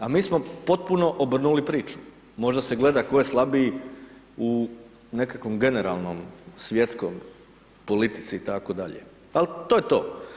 A mi smo potpuno obrnuli priču, možda se gleda tko je slabiji u nekakvom generalnom, svjetskom, politici itd., al to je to.